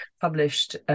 published